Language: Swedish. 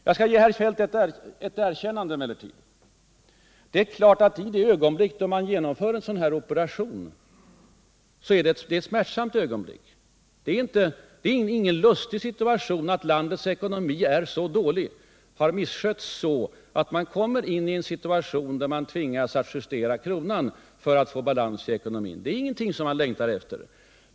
Jag skall emellertid ge herr Feldt ett erkännande. Det är smärtsamt att genomföra en sådan här operation. Det är ingen lustig situation att landets ekonomi har misskötts så att man tvingas justera kronan för att få balans i ekonomin. Det är inget som man längtar efter.